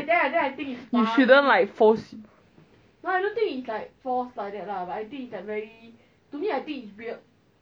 so how ah you continue your one ah should I start now should I start now again then I say it's a together [one]